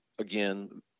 Again